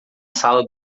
sala